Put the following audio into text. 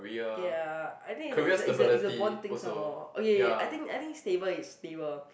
ya I think is a is a is a bond thing some more okay I think I think stable it's stable